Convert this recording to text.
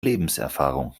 lebenserfahrung